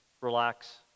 Relax